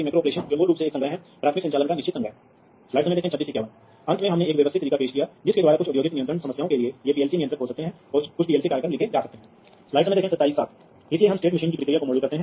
यदि आपके पास 4 20 mA तकनीक है तो उसी जोड़ी पर उसी करंट लूप पर आप कई उपकरणों को सही से जोड़ सकते हैं लेकिन उपकरणों की संख्या बहुत कम है